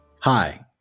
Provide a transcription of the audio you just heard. hi